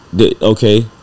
Okay